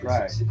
Right